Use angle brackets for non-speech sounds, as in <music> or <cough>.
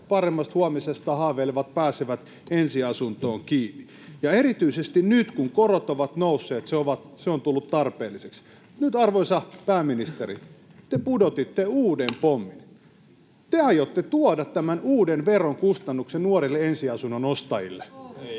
paremmasta huomisesta haaveilevat pääsevät ensiasuntoon kiinni, ja erityisesti nyt, kun korot ovat nousseet, se on tullut tarpeelliseksi. Nyt, arvoisa pääministeri, te pudotitte uuden pommin: <noise> te aiotte tuoda tämän uuden veron, kustannuksen, nuorille ensiasunnon ostajille